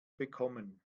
bekommen